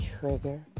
trigger